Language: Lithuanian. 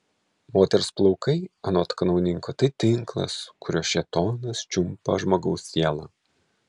moters plaukai anot kanauninko tai tinklas kuriuo šėtonas čiumpa žmogaus sielą